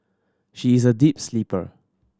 she is a deep sleeper